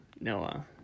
Noah